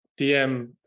DM